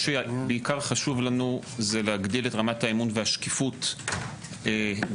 חשוב לנו בעיקר להגדיל את רמת האמון והשקיפות